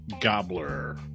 gobbler